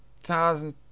thousand